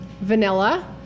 vanilla